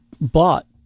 bought